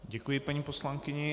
Děkuji paní poslankyni.